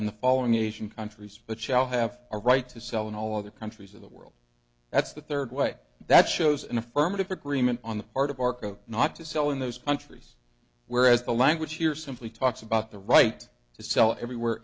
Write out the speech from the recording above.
in the following asian countries but shall have a right to sell in all other countries of the world that's the third way that shows an affirmative agreement on the part of arco not to sell in those countries whereas the language here simply talks about the right to sell everywhere